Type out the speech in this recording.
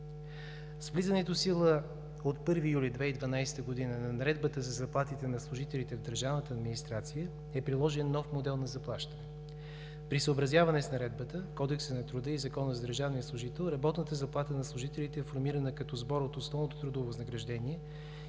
С влизането в сила от 1 юли 2012 г. на Наредбата за заплатите на служителите в държавната администрация е приложен нов модел на заплащане. При съобразяване с Наредбата, Кодекса на труда и Закона за държавния служител работната заплата на служителите е формирана като сбор от основното трудово възнаграждение